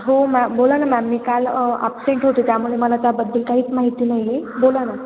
हो मॅम बोला ना मॅम मी काल आपसेंट होते त्यामुळे मला त्याबद्दल काहीच माहिती नाही आहे बोला ना